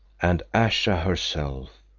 and ayesha herself,